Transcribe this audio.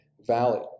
valley